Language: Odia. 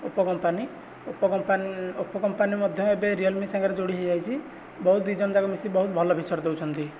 Oppo company Oppo company Oppo company ମଧ୍ୟ ଏବେ ରିଏଲମି ସାଙ୍ଗରେ ଯୋଡ଼ି ହୋଇଯାଇଛି ବହୁତ ଦୁଇଜଣ ଯାକ ମିଶିକି ବହୁତ ଭଲ ଫିଚର ଦେଉଛନ୍ତି